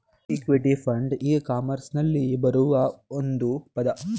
equity fund ಇ ಕಾಮರ್ಸ್ನಲ್ಲಿ ಬರುವ ಒಂದು ಪದ